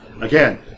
Again